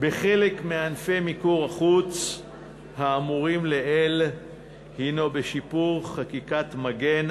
בחלק מענפי מיקור החוץ האמורים לעיל הוא בשיפור חקיקת מגן,